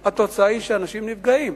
התוצאה היא שאנשים נפגעים,